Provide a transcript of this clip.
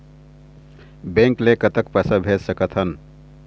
Bank ले कतक पैसा भेज सकथन?